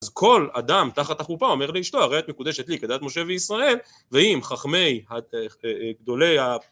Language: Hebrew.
אז כל אדם תחת החופה אומר לאשתו הרי את מקודשת לי כדת משה וישראל ואם חכמי, גדולי ה...